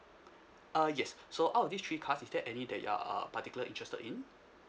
uh yes so out of these three cards is there any that your err particular interested in